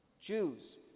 Jews